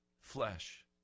flesh